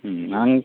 ಹ್ಞೂ ನಾನು